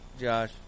Josh